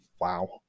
wow